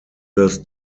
das